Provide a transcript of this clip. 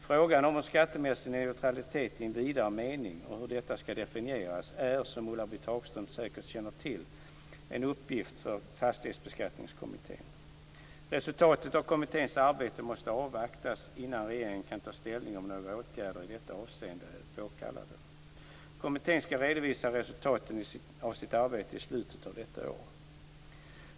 Frågan om skattemässig neutralitet i en vidare mening och hur detta skall definieras är - som Ulla-Britt Hagström säkert känner till - en uppgift för Fastighetsbeskattningskommittén. Resultatet av kommitténs arbete måste avvaktas innan regeringen kan ta ställning till om några åtgärder i detta avseende är påkallade. Kommittén skall redovisa resultaten av sitt arbete i slutet av detta år.